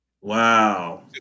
Wow